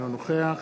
אינו נוכח